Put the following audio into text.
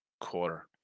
quarter